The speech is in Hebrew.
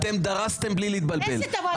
אתם דרסתם בלי להתבלבל.